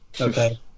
okay